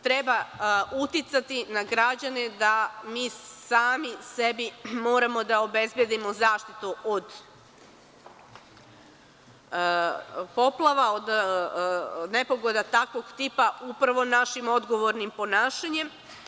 Treba uticati na građane da mi sami sebi moramo da obezbedimo zaštitu od poplava, od nepogoda takvog tipa, upravo našim odgovornim ponašanjem.